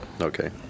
Okay